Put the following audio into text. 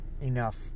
enough